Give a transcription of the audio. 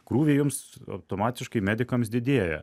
krūviai jums automatiškai medikams didėja